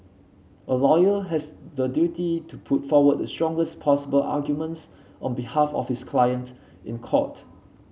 a lawyer has the duty to put forward the strongest possible arguments on behalf of his client in court